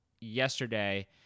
yesterday